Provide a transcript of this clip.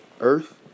earth